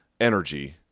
energy